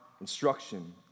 instruction